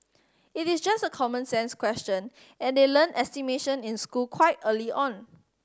it is just a common sense question and they learn estimation in school quite early on